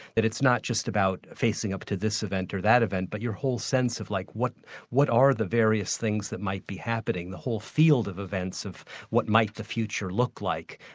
that it's not just about facing up to this event or that event, but your whole sense of like what what are the various things that might be happening, a whole field of events of what might the future look like,